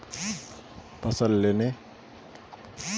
फसल लेर तने कुंडा खाद ज्यादा अच्छा हेवै?